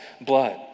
blood